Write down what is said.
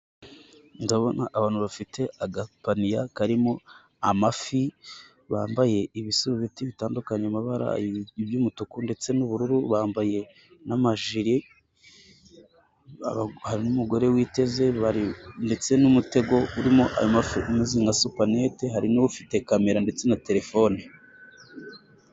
Abantu bafite agapaniya karimo amafi bambaye ibisurubeti bitandukanye amabara harimo iby'umutuku n'ubururu bambaye n'amajiri , harimo kandi umugore witeze igitambaro ku mu twe bafite umutego urimo ayo mafi nka supanete hari n'ufite camera na telefone.